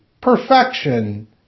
perfection